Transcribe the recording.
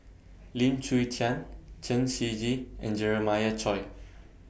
Lim Chwee Chian Chen Shiji and Jeremiah Choy